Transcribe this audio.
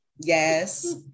yes